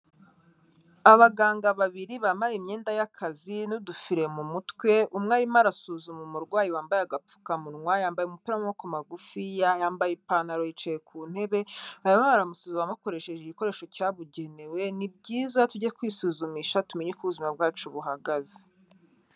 Abaganga babiri bambaye imyenda y'akazi n'udufire mu mutwe, umwe arimo arasuzuma umurwayi wambaye agapfukamunwa, yambaye umupira w'amaboko magufiya, yambaye ipantaro yicaye ku ntebe, barimo baramusuzuma bakoresheje igikoresho cyabugenewe, ni byiza tujye kwisuzumisha tumenye uko ubuzima bwacu buhagaze.